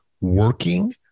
working